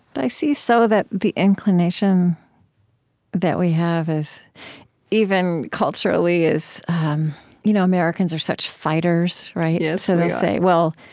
but i see. so that the inclination that we have, even culturally, is you know americans are such fighters, right? yeah so they'll say, well,